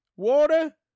water